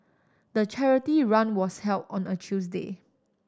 the charity run was held on a Tuesday